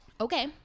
okay